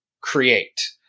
Create